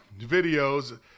videos